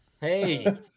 hey